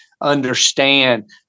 understand